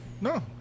No